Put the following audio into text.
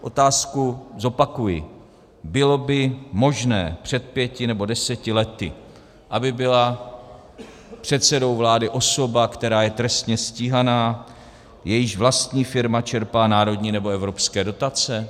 Otázku zopakuji: Bylo by možné před pěti nebo deseti lety, aby byla předsedou vlády osoba, která je trestně stíhaná, jejíž vlastní firma čerpá národní nebo evropské dotace?